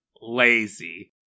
Lazy